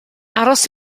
aros